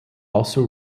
also